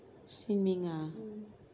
sin ming ah